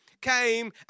came